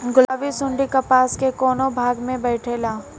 गुलाबी सुंडी कपास के कौने भाग में बैठे ला?